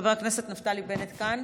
חבר הכנסת נפתלי בנט כאן?